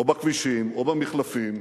או בכבישים או במחלפים,